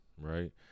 right